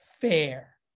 fair